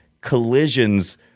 collisions